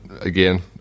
again